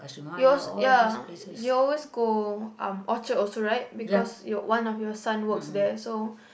it was ya you always go um Orchard also right because you one of your sons work there so